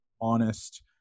honest